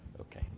Okay